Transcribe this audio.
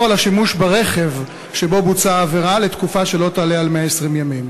את השימוש ברכב שבו בוצעה העבירה לתקופה שלא תעלה על 120 ימים.